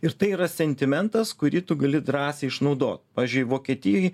ir tai yra sentimentas kurį tu gali drąsiai išnaudot pavyzdžiui vokietijoj